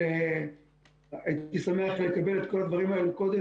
אבל הייתי שמח לקבל את כל הדברים האלו קודם,